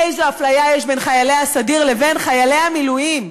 איזו אפליה יש בין חיילי הסדיר לבין חיילי המילואים,